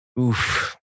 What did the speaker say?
oof